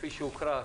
כפי שהוקרא,